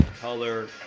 color